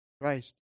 Christ